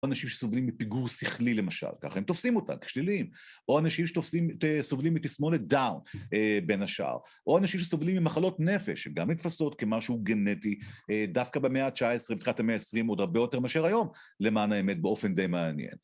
או אנשים שסובלים מפיגור שכלי למשל, ככה הם תופסים אותם כשליליים. או אנשים שסובלים מתסמונת דאון, בין השאר. או אנשים שסובלים ממחלות נפש, שגם נתפסות כמשהו גנטי, דווקא במאה ה-19 ובתחילת המאה ה-20, עוד הרבה יותר מאשר היום, למען האמת, באופן די מעניין.